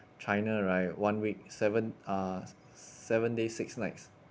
china right one week seven uh seven days six nights